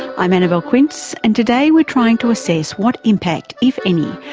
i'm annabelle quince and today we're trying to assess what impact, if any,